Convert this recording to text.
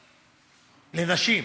לנשים.